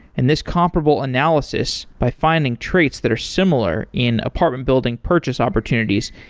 and this comparable analysis, by finding traits that are similar in apartment building purchase opportunities,